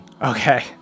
Okay